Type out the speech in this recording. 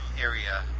area